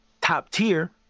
top-tier